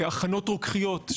הכנות רוקחיות,